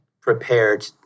prepared